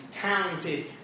talented